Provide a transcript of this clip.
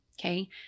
Okay